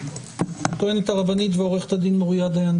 הטוענת הרבנית ועורכת הדין מוריה דיין,